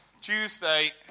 Tuesday